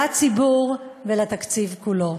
לציבור ולתקציב כולו.